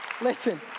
Listen